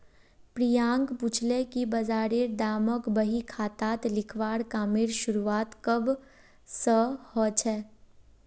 प्रियांक पूछले कि बजारेर दामक बही खातात लिखवार कामेर शुरुआत कब स हलछेक